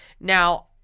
now